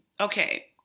okay